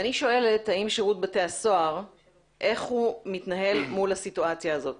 אני שואלת איך מתנהל שירות בתי הסוהר מול הסיטואציה הזאת